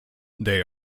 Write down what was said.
they